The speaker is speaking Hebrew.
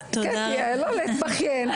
קטי, לא להתבכיין.